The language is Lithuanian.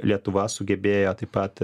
lietuva sugebėjo taip pat